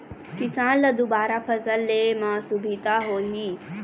किसान ल दुबारा फसल ले म सुभिता होही